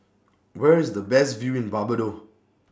Where IS The Best View in Barbados